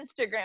Instagram